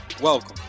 Welcome